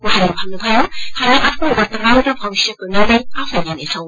उहाँले बताउनु भयो हामी आफ्नो वर्तमान र भविष्यको निर्णय आफै लिनेछौ